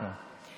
משפט סיום, בבקשה.